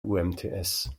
umts